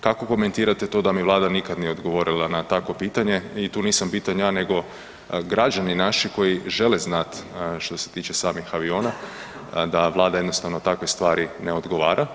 Kako komentirate to da mi Vlada nikad nije odgovorila na takvo pitanje i tu nisam bitan ja nego građani naši koji žele znat što se tiče samih aviona da Vlada jednostavno takve stvari ne odgovara?